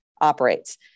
operates